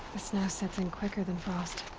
ah snow sets in quicker than frost.